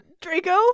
Draco